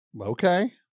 Okay